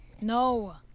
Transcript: No